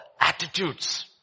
Attitudes